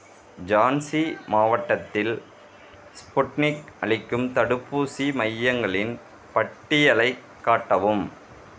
ஜான்சி மாவட்டத்தில் ஸ்புட்னிக் அளிக்கும் தடுப்பூசி மையங்களின் பட்டியலைக் காட்டவும்